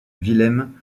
wilhelm